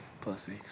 pussy